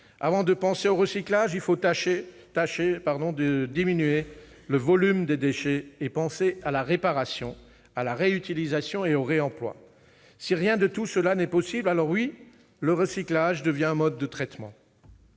Avant d'envisager le recyclage, il faut tâcher de diminuer le volume des déchets et penser à la réparation, à la réutilisation et au réemploi. Si rien de tout cela n'est possible, alors oui, le recyclage devient un mode de traitement.